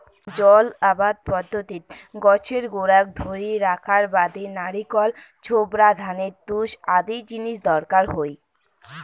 জল আবাদ পদ্ধতিত গছের গোড়াক ধরি রাখার বাদি নারিকল ছোবড়া, ধানের তুষ আদি জিনিস দরকার হই